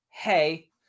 hey